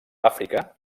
àfrica